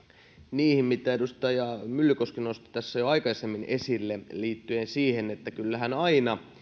niihin mitä edustaja myllykoski nosti tässä jo aikaisemmin esille liittyen siihen että kyllähän aina